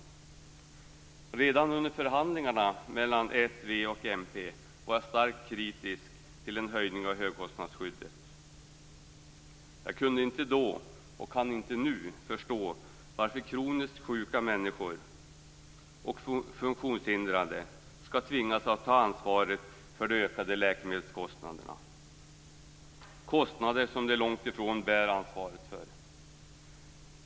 Redan under förhandlingarna mellan s, v och mp var jag starkt kritisk till en höjning av högkostnadsskyddet. Jag kunde inte då, och kan inte nu, förstå varför kroniskt sjuka och funktionshindrade människor skall tvingas ta ansvaret för de ökade läkemedelskostnaderna. Det är kostnader som de långt ifrån bär ansvaret för.